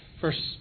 first